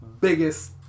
biggest